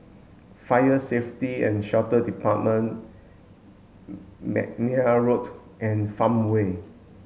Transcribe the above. Fire Safety and Shelter Department McNair Road and Farmway